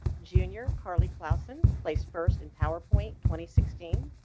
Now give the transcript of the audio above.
junior carly klaus in place first and powerpoint twenty sixteen